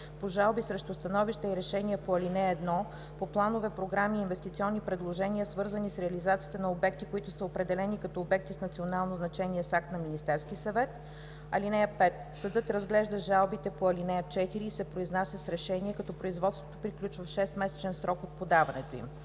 по жалби срещу становища и решения по ал. 1 по планове, програми и инвестиционни предложения, свързани с реализацията на обекти, които са определени като обекти с национално значение с акт на Министерски съвет. (5) Съдът разглежда жалбите по ал. 4 и се произнася с решение, като производството приключва в 6-месечен срок от подаването им.